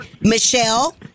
Michelle